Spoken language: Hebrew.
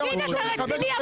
תגיד, אתה רציני?